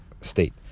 state